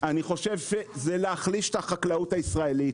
זה להחליש את החקלאות הישראלית,